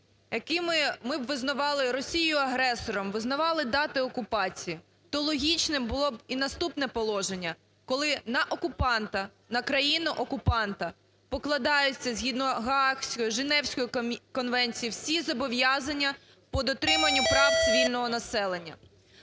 якими ми б визнавали Росію агресором, визнавали дати окупації, то логічним було б і наступне положення, коли на окупанта, на країну-окупанта покладається згідно Гаазької, Женевської конвенції всі зобов'язання по дотриманню прав цивільного населення.